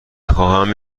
خواهم